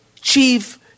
chief